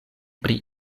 pri